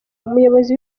umuyobozi